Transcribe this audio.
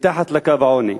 מתחת לקו העוני,